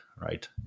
right